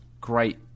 great